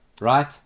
right